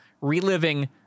reliving